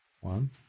One